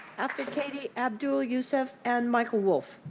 after katie abdul yusuf and michael wolf.